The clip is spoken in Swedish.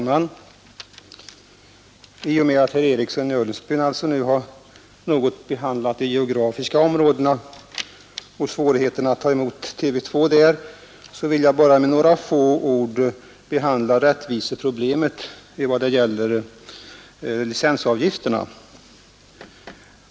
Herr talman! Herr Eriksson i Ulfsbyn har redogjort för i vilka geografiska områden det föreligger svårigheter att ta emot TV 2, och jag skall: med några ord behandla rättviseproblemet i vad gäller licensavgifterna.